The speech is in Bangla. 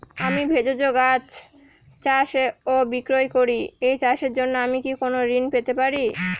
আমি ভেষজ গাছ চাষ ও বিক্রয় করি এই চাষের জন্য আমি কি কোন ঋণ পেতে পারি?